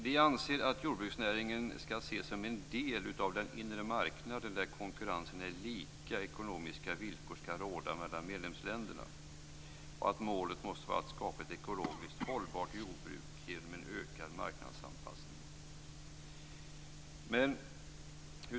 Vi anser att jordbruksnäringen skall ses som en del av den inre marknaden, där konkurrens och lika ekonomiska villkor skall råda mellan medlemsländerna. Målet måste vara att skapa ett ekologiskt hållbart jordbruk genom en ökad marknadsanpassning.